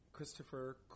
Christopher